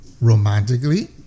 romantically